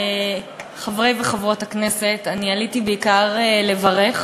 חברי וחברות הכנסת, עליתי בעיקר כדי לברך